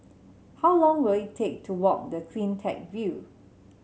how long will it take to walk the CleanTech View